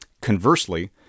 Conversely